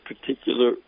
particular